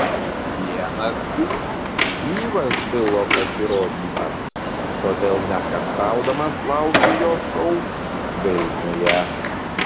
vienas jų gyvas bilo pasirodymas todėl nekantraudamas laukiu jo šou vilniuje